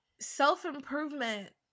self-improvement